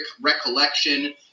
recollection